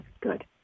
Good